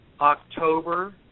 October